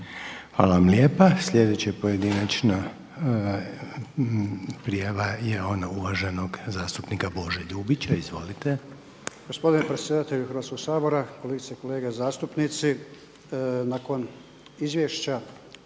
Hvala vam lijepa. Slijedeća pojedinačna prijava je ona uvaženog zastupnika Bože Ljubića. Izvolite. **Ljubić, Božo (HDZ)** Gospodine predsjedatelju Hrvatskog sabora, kolegice i kolege zastupnici nakon izvješća,